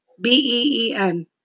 B-E-E-N